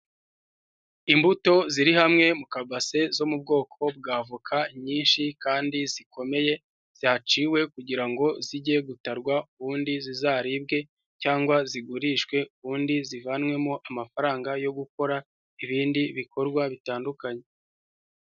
Imbuto ziri hamwe mu kabase zo mu bwoko bwa avoka nyinshi kandi zikomeye zaciwe kugira ngo zijye gutarwa ubundi zizaribwe cyangwa zigurishwe ubundi zivanwemo amafaranga yo gukora ibindi bikorwa bitandukanye.